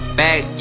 back